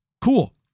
Cool